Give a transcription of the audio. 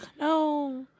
No